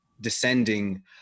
descending